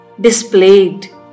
displayed